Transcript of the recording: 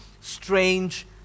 strange